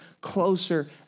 closer